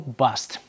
bust